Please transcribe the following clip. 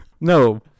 No